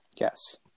Yes